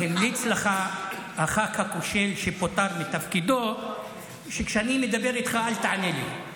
המליץ לך הח"כ הכושל שפוטר מתפקידו שכשאני מדבר איתך אל תענה לי.